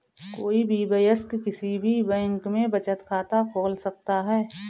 कोई भी वयस्क किसी भी बैंक में बचत खाता खोल सकता हैं